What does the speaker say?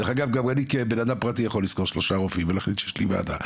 דרך אגב גם אני כבן אדם פרטי יכול שלושה רופאים ולהחליט שיש לי ועדה.